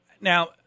Now